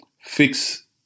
fix